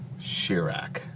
Shirak